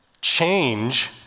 change